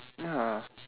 ya